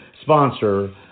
sponsor